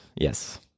Yes